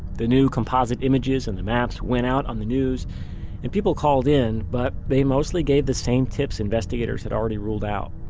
the new composite images and the maps went out on the news and people called in, but they mostly gave the same tips that investigators had already ruled out.